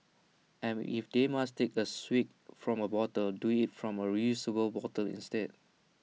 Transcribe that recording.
and if they must take A swig from A bottle do IT from A reusable bottle instead